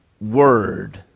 word